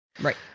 Right